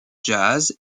jazz